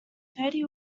thirty